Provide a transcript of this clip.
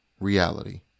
reality